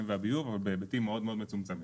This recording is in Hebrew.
והביוב אבל בהיבטים מאוד מאוד מצומצמים.